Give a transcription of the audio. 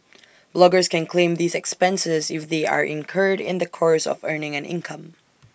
bloggers can claim these expenses if they are incurred in the course of earning an income